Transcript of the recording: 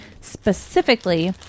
specifically